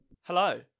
Hello